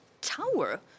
tower